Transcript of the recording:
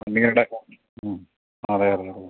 പള്ളിയുടെ അറിയാം അറിയാം